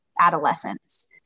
adolescence